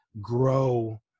grow